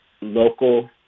local